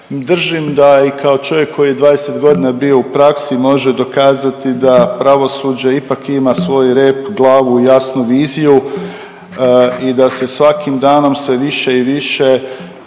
držim da i kao čovjek koji je 20.g. bio u praksi može dokazati da pravosuđe ipak ima svoj rep, glavu i jasnu viziju i da se svakim danom sve više i više